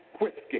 whiskey